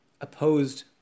opposed